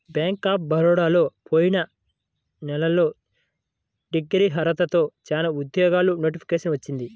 bank of బరోడాలో పోయిన నెలలో డిగ్రీ అర్హతతో చానా ఉద్యోగాలకు నోటిఫికేషన్ వచ్చింది